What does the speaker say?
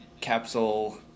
capsule